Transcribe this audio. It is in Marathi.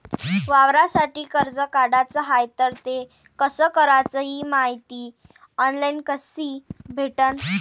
वावरासाठी कर्ज काढाचं हाय तर ते कस कराच ही मायती ऑनलाईन कसी भेटन?